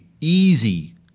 easy